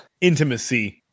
intimacy